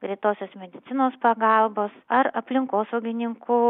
greitosios medicinos pagalbos ar aplinkosaugininkų